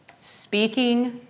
speaking